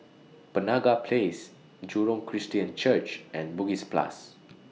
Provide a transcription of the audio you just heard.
Penaga Place Jurong Christian Church and Bugis Plus